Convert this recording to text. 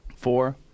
Four